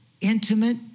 intimate